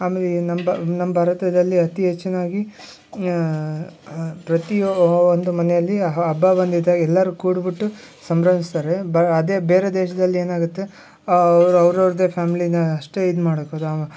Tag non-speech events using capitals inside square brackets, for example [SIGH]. ಆಮೇಲೆ ನಮ್ಮ ಬಾ ನಮ್ಮ ಭಾರತದಲ್ಲಿ ಅತಿ ಹೆಚ್ಚಿನಾಗಿ ಪ್ರತಿ ಒಂದು ಮನೆಯಲ್ಲಿ ಹಬ್ಬ ಬಂದಿದ್ದಾಗ ಎಲ್ಲರು ಕೂಡಿಬಿಟ್ಟು ಸಂಭ್ರಮಿಸ್ತಾರೆ ಬ ಅದೇ ಬೇರೆ ದೇಶದಲ್ಲಿ ಏನಾಗುತ್ತೆ ಅವ್ರ ಅವ್ರದೇ ಫ್ಯಾಮ್ಲಿನ ಅಷ್ಟೇ ಇದು ಮಾಡಿ [UNINTELLIGIBLE]